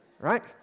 right